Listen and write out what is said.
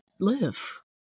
live